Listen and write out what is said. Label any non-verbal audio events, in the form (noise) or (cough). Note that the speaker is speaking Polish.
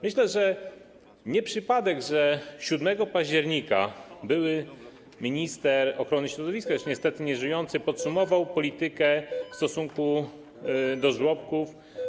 Myślę, że to nie przypadek, że 7 października były minister ochrony środowiska, (noise) już niestety nieżyjący, podsumował politykę w stosunku do żłobków.